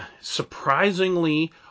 surprisingly